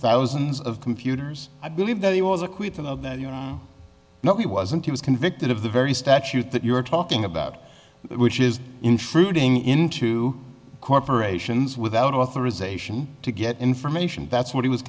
thousands of computers i believe that he was acquitted of that you know he wasn't he was convicted of the very statute that you're talking about which is intruding into corporations without authorization to get information that's what he was